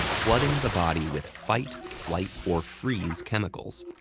flooding the body with fight-flight-or-freeze chemicals.